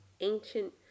ancient